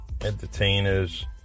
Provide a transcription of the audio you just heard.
entertainers